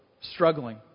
struggling